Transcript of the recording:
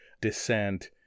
Descent